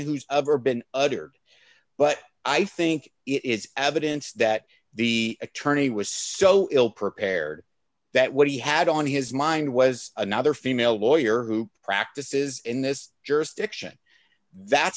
uttered but i think it is evidence that the attorney was so ill prepared that what he had on his mind was another female lawyer who practices in this jurisdiction that's